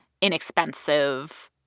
inexpensive